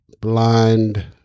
blind